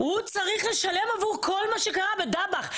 הוא צריך לשלם עבור כל מה שקרה בדבאח?